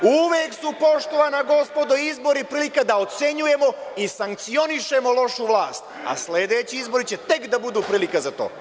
Uvek su, poštovana gospodo, izbori prilika da ocenjujemo i sankcionišemo lošu vlast, a sledeći izbori će tek da budu prilika za to.